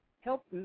help